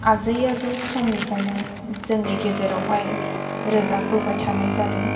आजै आजौ समनिफ्राइनो जोंनि गेजेराव हाय रोजाबबोबाय थानाय जादों